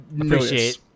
appreciate